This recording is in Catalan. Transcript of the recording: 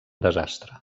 desastre